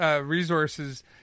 resources